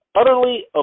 utterly